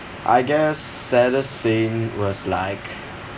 I guess saddest scene was like